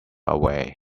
away